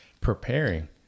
preparing